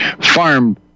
Farm